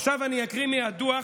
עכשיו אני אקריא מהדוח,